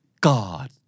God